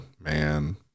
man